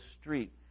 street